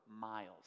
miles